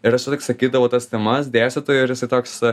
ir aš sakydavau tas temas dėstytojui ir jisai toks